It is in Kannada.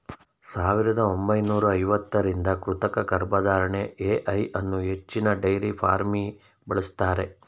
ಸಾವಿರದ ಒಂಬೈನೂರ ಐವತ್ತರಿಂದ ಕೃತಕ ಗರ್ಭಧಾರಣೆ ಎ.ಐ ಅನ್ನೂ ಹೆಚ್ಚಿನ ಡೈರಿ ಫಾರ್ಮ್ಲಿ ಬಳಸ್ತಾರೆ